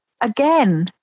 again